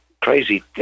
crazy